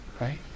right